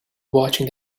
watching